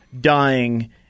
dying